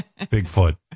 Bigfoot